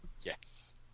Yes